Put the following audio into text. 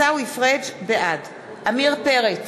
בעד עמיר פרץ,